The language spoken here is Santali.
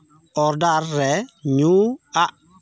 ᱚᱰᱟᱨ ᱨᱮ ᱧᱩ ᱟᱜ